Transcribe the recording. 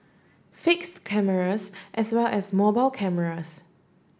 fix cameras as well as mobile cameras